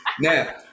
Now